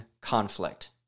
conflict